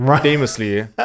famously